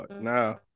now